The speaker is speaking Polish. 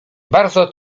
bardzo